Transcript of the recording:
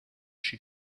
she